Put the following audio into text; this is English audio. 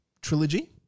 trilogy